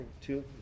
two